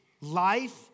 Life